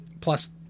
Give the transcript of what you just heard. plus